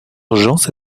urgence